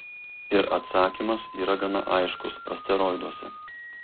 ir atsakymas yra gana aiškus asteroiduose